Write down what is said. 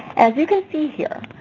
as you can see here,